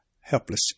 helpless